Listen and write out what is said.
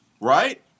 right